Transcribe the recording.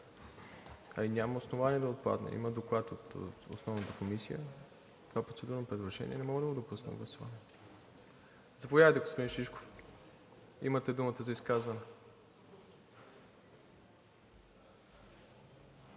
А и няма основание да отпадне, има Доклад от основната комисия. Това процедурно предложение не мога да го допусна на гласуване. Заповядайте, господин Шишков, имате думата за изказване.